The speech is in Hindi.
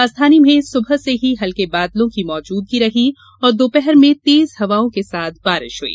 राजधानी में सुबह से ही हल्के बादलों की मौजूदगी रही और दोपहर में तेज हवाओं के साथ बारिश हुई